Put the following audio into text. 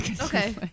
Okay